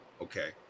Okay